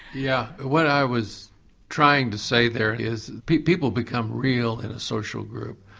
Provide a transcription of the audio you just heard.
yeah what i was trying to say there is people become real in a social group,